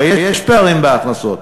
הרי יש פערים בהכנסות,